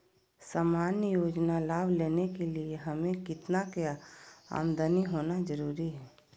सामान्य योजना लाभ लेने के लिए हमें कितना के आमदनी होना जरूरी है?